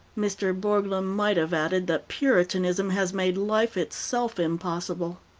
mr. burglum might have added that puritanism has made life itself impossible.